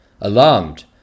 alarmed